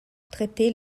traiter